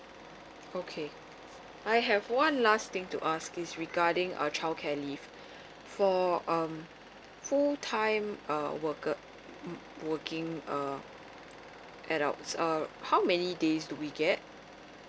okay I have one last thing to ask is regarding err childcare leave for um full time uh worker mm working uh adults err how many days do we get